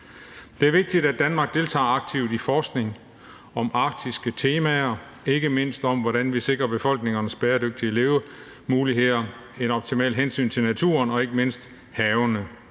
Det er vigtigt, at Danmark deltager aktivt i forskning om arktiske temaer, ikke mindst når de drejer sig om, hvordan vi sikrer befolkningerne bæredygtige levemuligheder, og hvordan vi sikrer en optimal hensyntagen til naturen og ikke mindst til havene,